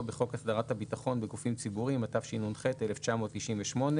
בחוק הסדרת הביטחון בגופים ציבוריים התשנ"ח 1998,